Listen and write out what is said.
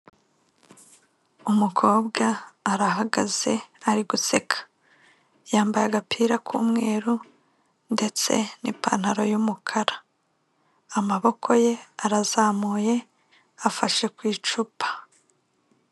Umukobwa arahagaze ari guseka, yambaye agapira k'umweru ndetse n'ipantaro y'umukara, amaboko ye arazamuye afashe ku icupa.